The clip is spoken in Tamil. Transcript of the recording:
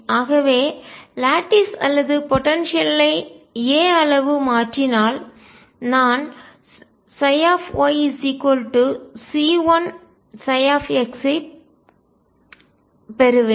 ஆகவே லட்டீஸ் அல்லது போடன்சியல் ஐ ஆற்றல் a அளவு மாற்றினால் நான் yC1x ஐப் பெறுவேன்